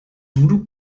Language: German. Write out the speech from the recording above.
voodoo